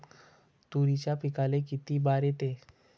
तुरीच्या पिकाले किती बार येते?